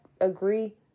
agree